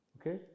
Okay